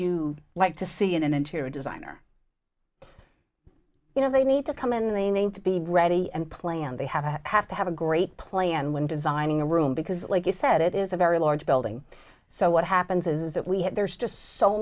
you like to see in an interior designer you know they need to come in they need to be ready and plan they have to have to have a great plan when designing a room because like you said it is a very large building so what happens is that we have there's just so